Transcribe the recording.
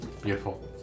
Beautiful